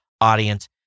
audience